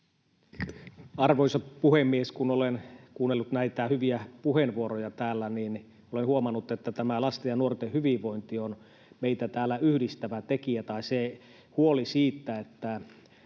Arvoisa puhemies! Kun olen kuunnellut näitä hyviä puheenvuoroja täällä, olen huomannut, että lasten ja nuorten hyvinvointi on meitä täällä yhdistävä tekijä, tai huoli siitä, että